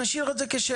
אבל נשאיר את זה כשאלה.